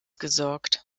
gesorgt